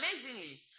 amazingly